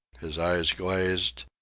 his eyes glazed,